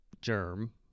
germ